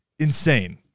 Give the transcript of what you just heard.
Insane